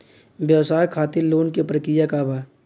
व्यवसाय खातीर लोन के प्रक्रिया का बा?